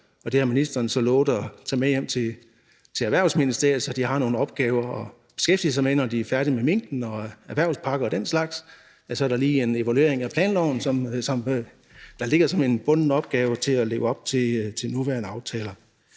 og det har ministeren lovet at tage med hjem til Erhvervsministeriet, så de har nogle opgaver at beskæftige sig med, når de er færdige med minken, erhvervspakker og den slags; ja, så er der lige en evaluering af planloven, som ligger som en bunden opgave med hensyn til at leve op til nuværende aftaler.